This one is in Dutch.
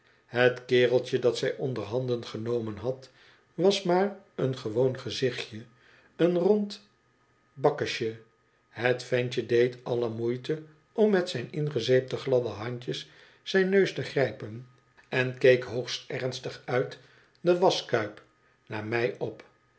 het kereltje dat zij onderhanden genomen had was maar een gewoon gezichtje een rond bakkesje het ventje deed alle moeite om met zijn ingezeepte gladde handjes zijn neus te grijpen en keek hoogst ernstig uit de waschkuip naar mij op